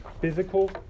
physical